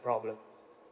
problem